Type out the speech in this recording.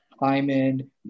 Hyman